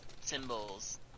Symbols